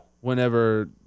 whenever